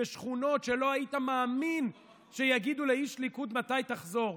בשכונות שלא היית מאמין שיגידו לאיש ליכוד מתי תחזור.